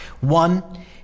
One